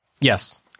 Yes